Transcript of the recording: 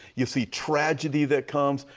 you see tragedy that comes.